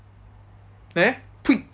there click